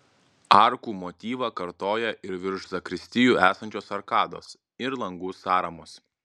arkų motyvą kartoja ir virš zakristijų esančios arkados ir langų sąramos